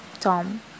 Tom